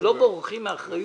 לא בורחים מאחריות